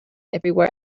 everywhere